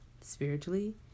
spiritually